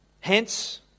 hence